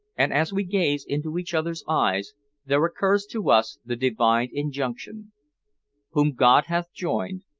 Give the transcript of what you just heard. and as we gaze into each other's eyes there occurs to us the divine injunction whom god hath joined,